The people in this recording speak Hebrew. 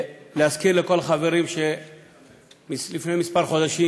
אני רוצה להזכיר לכל החברים שלפני כמה חודשים